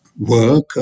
work